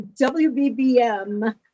WBBM